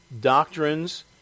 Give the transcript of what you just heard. doctrines